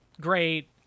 great